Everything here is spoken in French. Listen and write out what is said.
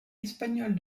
espagnole